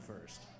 first